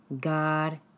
God